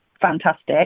fantastic